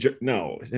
No